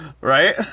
Right